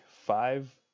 five